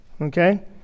Okay